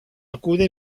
acude